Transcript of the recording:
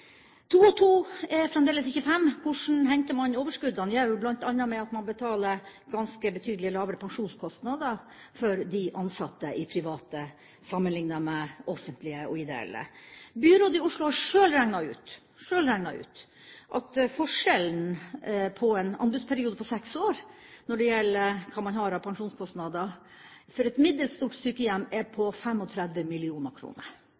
To og to er fremdeles ikke fem – hvordan henter man overskuddene? Jo, bl.a. ved at man betaler betydelig lavere pensjonskostnader for de ansatte i private, sammenlignet med det offentlige og de ideelle. Byrådet i Oslo har sjøl regnet ut at forskjellen – i en anbudsperiode på seks år – når det gjelder hva man har av pensjonskostnader for et middels stort sykehjem, er på